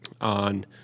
on